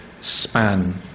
span